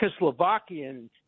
Czechoslovakian